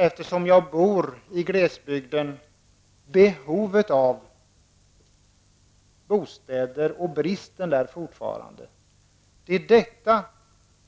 Eftersom jag bor i glesbygden ser jag också behovet av och bristen på bostäder. Det